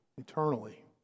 eternally